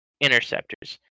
interceptors